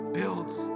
builds